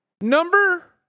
Number